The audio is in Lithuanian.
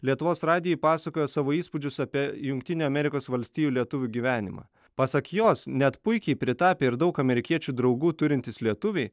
lietuvos radijui pasakojo savo įspūdžius apie jungtinių amerikos valstijų lietuvių gyvenimą pasak jos net puikiai pritapę ir daug amerikiečių draugų turintys lietuviai